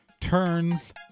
turns